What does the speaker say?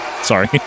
sorry